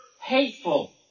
hateful